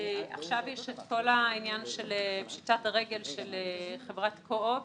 עכשיו יש את כל העניין של פשיטת הרגל של חברת קו-אופ.